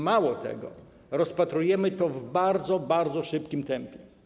Mało tego, rozpatrujemy to w bardzo, bardzo szybkim tempie.